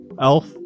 elf